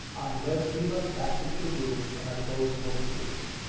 i led eva back into the room, and i closed both doors.